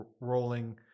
rolling